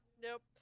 nope